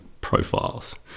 profiles